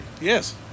Yes